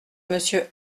monsieur